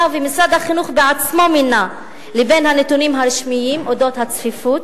ומשרד החינוך בעצמו מינו לבין הנתונים הרשמיים על הצפיפות?